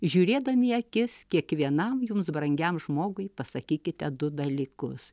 žiūrėdami į akis kiekvienam jums brangiam žmogui pasakykite du dalykus